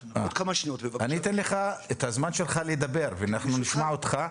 אני אתן לך את הזמן שלך לדבר ונשמע אותך.